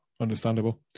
understandable